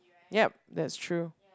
yup that's true